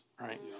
right